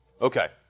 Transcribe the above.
Okay